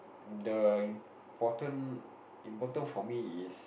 the important important for me is